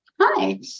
hi